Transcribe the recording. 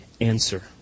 answer